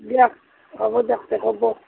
দিয়ক হ'ব দিয়ক তে ক'ব